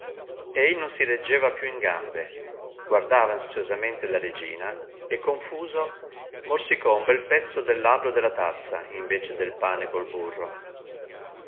ei non si reggeva più in gambe guardava ansiosamente la regina e confuso morsicò un bel pezzo del labbro della tazza invece del pane col burro